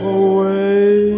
away